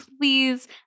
Please